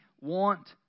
want